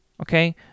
okay